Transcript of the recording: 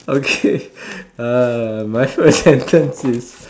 okay uh my first sentence is